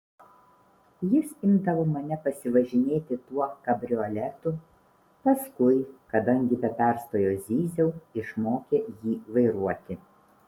jis imdavo mane pasivažinėti tuo kabrioletu paskui kadangi be perstojo zyziau išmokė jį vairuoti